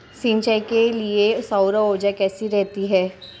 सिंचाई के लिए सौर ऊर्जा कैसी रहती है?